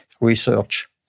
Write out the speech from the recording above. research